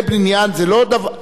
אדם עובד 35